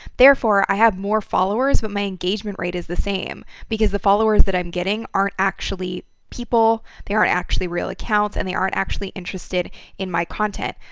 therefore i have more followers, but my engagement rate is the same. because the followers that i'm getting aren't actually people, they aren't actually real accounts, and they aren't actually interested in my content.